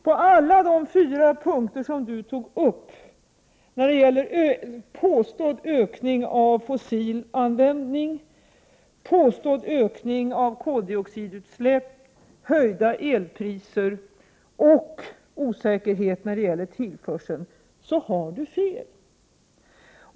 På alla de fyra punkter som Gunnar Hökmark tog upp, nämligen påstådd ökning av fossilanvändning, påstådd ökning av koldioxidutsläppen, höjda elpriser och osäkerhet när det gäller tillförsel, har han fel.